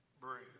bread